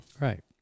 Right